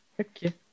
Okay